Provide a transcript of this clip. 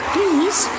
Please